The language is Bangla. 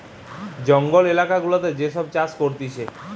জঙ্গল এলাকা গুলাতে যে সব চাষ করতিছে